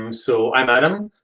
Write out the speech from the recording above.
um so i'm adam,